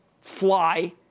fly